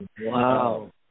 Wow